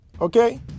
okay